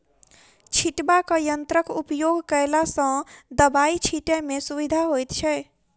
छिटबाक यंत्रक उपयोग कयला सॅ दबाई छिटै मे सुविधा होइत छै